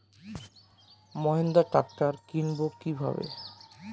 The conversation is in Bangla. মাহিন্দ্রা ট্র্যাক্টর কিনবো কি ভাবে?